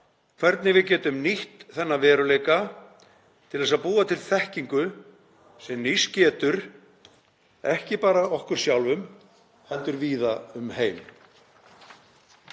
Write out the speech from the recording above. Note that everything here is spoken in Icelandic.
hvernig við getum nýtt þennan veruleika til að búa til þekkingu sem nýst getur ekki bara okkur sjálfum heldur víða um heim.